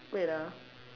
wait ah